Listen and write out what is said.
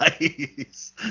nice